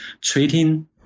treating